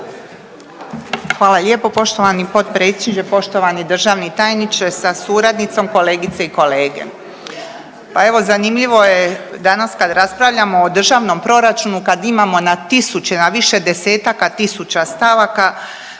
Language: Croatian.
Hvala lijepo poštovani potpredsjedniče, poštovani državni tajniče sa suradnicom, kolegice i kolege. Pa evo, zanimljivo je danas kad raspravljamo o državnom proračunu kad imamo na tisuće, na više desetaka tisuća stavaka